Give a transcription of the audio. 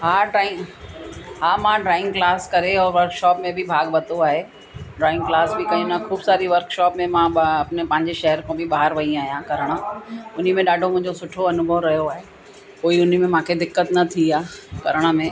हा ड्रॉई हा मां ड्रॉइंग क्लास करे और वर्कशॉप में बि भाॻु वरितो आहे ड्रॉइंग क्लास बि कयूं त ख़ूब सारी वर्कशॉप में मां बि पंहिंजो शहर खां बि ॿाहिरि वई आहियां करण उन्ही में ॾाढो मुंहिंजो सुठो अनुभव रहियो आहे कोई उन्ही में मूंखे दिक़त न थी आहे करण में